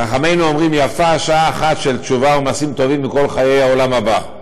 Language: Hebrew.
חכמינו אומרים: יפה שעה אחת של תשובה ומעשים טובים מכל חיי העולם הבא.